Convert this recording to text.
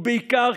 ובעיקר,